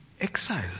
exile